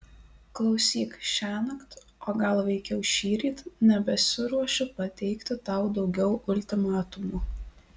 klausyk šiąnakt o gal veikiau šįryt nebesiruošiu pateikti tau daugiau ultimatumų